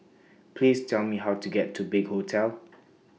Please Tell Me How to get to Big Hotel